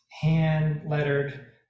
hand-lettered